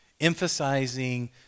emphasizing